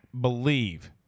believe